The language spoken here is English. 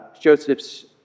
Joseph's